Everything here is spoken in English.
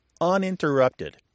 uninterrupted